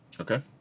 Okay